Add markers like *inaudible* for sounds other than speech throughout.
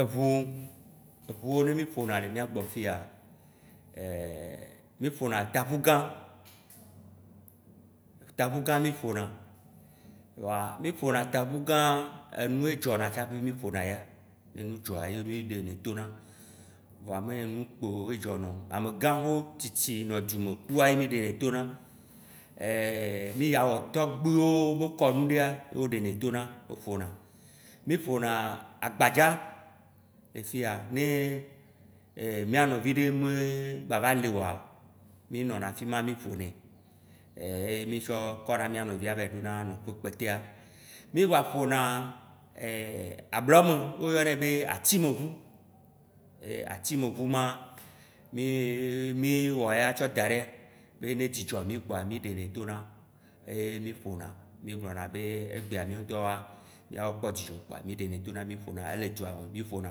Eʋu Eʋu ne mi ƒona le miagbɔ le fiya, *hesitation* miƒona ataʋugã, taʋugã miƒona, wa miƒona taʋugã, enu ye dzɔna tsaƒe mi ƒona ya, ne nu dzɔa ye mì ɖe nɛ tona. Voa me nu kpo ye dzɔna o, amegã xo tsitsi nɔ du me kua, ye mì ɖenɛ tona. *hesitation* Mì ya wɔ tɔgbuiwo be kɔnu ɖea, ye woɖe nɛ tona wo ƒona. Mì ƒona agbadza le fiya, ne *hesitation* mia nɔvi ɖe me gba va li o oa, mí nɔna fima, mì ƒonɛ, *hesitation* mì tsɔ kɔna mìa nɔvia va yi dona ɖe teƒe kpɔtea. Mì gba ƒona *hesitation* ablɔ me, wo yɔ nɛ be atimeʋu, *hesitation* atimeʋu ma, mì-mi wɔ eya tsɔ da ɖe be ne dzi dzɔ mì kpoa, miɖenɛ tona, eye mì ƒona, migblɔna be, egbea ŋtɔa mìa kpɔ dzidzɔ kpoa mì ɖenɛ tona miƒona. Ele dzua me mì ƒona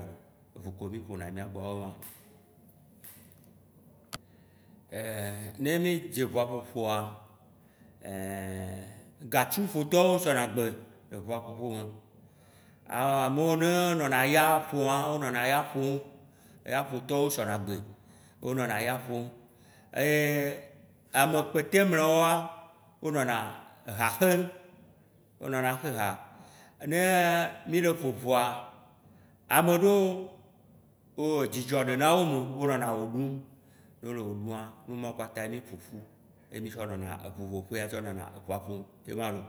o. Ʋu kewo mi fona le miagbɔa *hesitation* Ne mì dze ʋua ƒoƒoa, *hesitation* gatuƒotɔwo sɔnagbe le ʋua ƒoƒo me, amowo ne nɔna ya ƒom nɔna ya ƒom, yaƒotɔwo sɔna gbe, wo nɔna ya ƒom, eye ame kpɔte mlɔewoa, wo nɔna ha xe, wo nɔna xe ha, ne mi le ƒo ʋua, ame ɖewo, wo dzidzɔ ɖona wo me wo nɔna we ɖum. ɖum wãwo numɔ pkatã ye mì ƒoƒu, ye mì tsɔ nɔna eʋuʋu ƒoƒea tsɔ nɔna ʋua ƒom ye wã loo